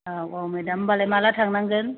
औ औ मेदाम ओमबालाय माला थांनांगोन